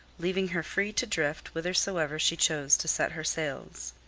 leaving her free to drift whithersoever she chose to set her sails.